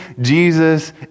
Jesus